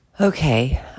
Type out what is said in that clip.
Okay